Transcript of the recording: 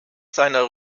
seiner